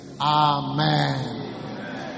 Amen